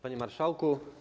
Panie Marszałku!